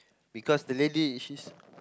because the lady she's